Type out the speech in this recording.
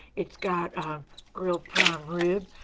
it's got grilled prime rib,